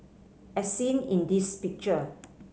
as seen in this picture